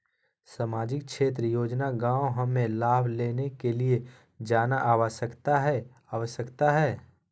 सामाजिक क्षेत्र योजना गांव हमें लाभ लेने के लिए जाना आवश्यकता है आवश्यकता है?